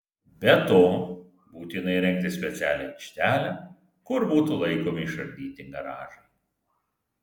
be to būtina įrengti specialią aikštelę kur būtų laikomi išardyti garažai